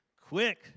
Quick